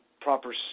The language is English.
proper